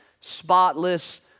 spotless